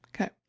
Okay